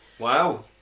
Wow